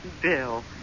Bill